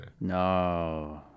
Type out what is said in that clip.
No